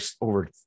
over